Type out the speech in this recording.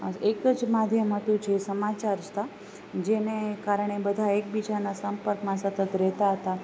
એક જ માધ્યમ હતું સમાચાર હતાં જેને કારણે બધાં એકબીજાના સંપર્કમાં સતત રહેતાં હતાં